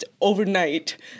overnight